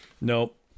Nope